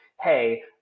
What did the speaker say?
hey